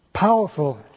Powerful